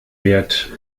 wird